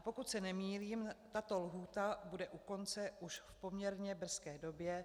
Pokud se nemýlím, tato lhůta bude u konce už v poměrně brzké době.